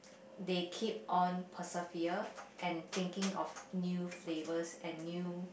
they keep on persevere and thinking of new flavours and new